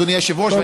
אדוני היושב-ראש,